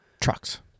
trucks